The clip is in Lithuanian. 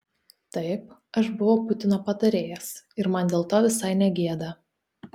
taip aš buvau putino patarėjas ir man dėl to visai ne gėda